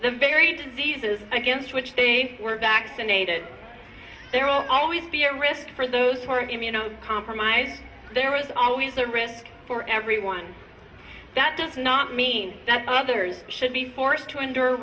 the very diseases against which they were vaccinated there will always be a risk for those who are immuno compromised there was always the risk for everyone that does not mean that others should be forced to endure